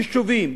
יישובים,